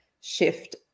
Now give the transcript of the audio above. shift